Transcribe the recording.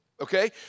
okay